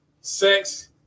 sex